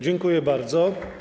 Dziękuję bardzo.